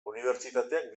unibertsitateak